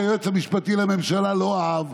שהיועץ המשפטי לממשלה לא אהב,